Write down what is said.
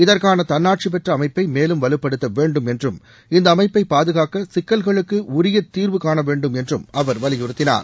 இதற்கான தன்னாட்சி பெற்ற அமைப்பை மேலும் வலுப்படுத்த வேண்டும் என்றும் இந்த அமைப்பை பாதுகாக்க சிக்கல்களுக்கு உரிய தீர்வு காண வேண்டும் என்றும் அவர் வலியுறுத்தினார்